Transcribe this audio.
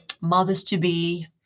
mothers-to-be